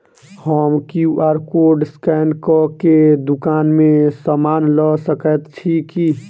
हम QR code scan कऽ केँ दुकान मे समान लऽ सकैत छी की?